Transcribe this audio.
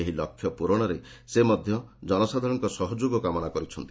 ଏହି ଲକ୍ଷ୍ୟ ପୂରଣରେ ସେ ମଧ୍ୟ ଜନସାଧାରଣଙ୍କ ସହଯୋଗ କାମନା କରିଛନ୍ତି